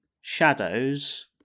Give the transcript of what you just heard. Shadows